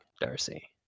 Darcy